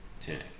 tunic